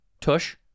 tush